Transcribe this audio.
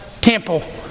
temple